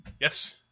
Yes